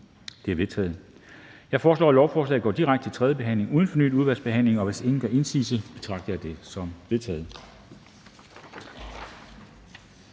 De er vedtaget. Jeg foreslår, at lovforslaget går direkte til tredje behandling uden fornyet udvalgsbehandling. Hvis ingen gør indsigelse, betragter jeg det som vedtaget.